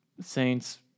Saints